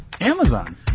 Amazon